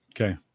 Okay